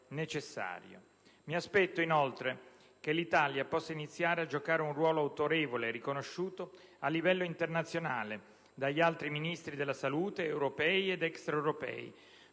Mi aspetto inoltre che l'Italia possa iniziare a giocare un ruolo autorevole e riconosciuto a livello internazionale dagli altri Ministri della salute europei ed extraeuropei